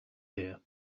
here